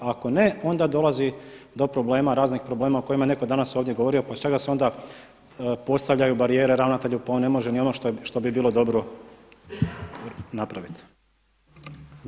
Ako ne, onda dolazi do problema, raznih problema o kojima je netko danas ovdje govorio, pa čak da se onda postavljaju barijere ravnatelju pa on ne može niti ono što bi bilo dobro napraviti.